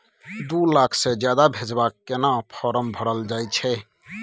दू लाख से ज्यादा भेजबाक केना फारम भरल जाए छै?